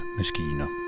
maskiner